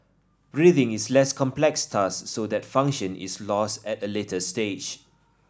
breathing is less complex task so that function is lost at a later stage